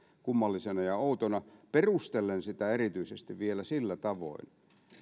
kummallisena ja outona perustellen sitä erityisesti vielä sillä tavoin